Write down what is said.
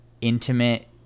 intimate